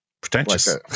Pretentious